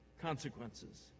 consequences